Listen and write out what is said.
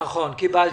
נכון, קיבלתי.